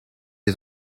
est